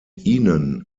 ihnen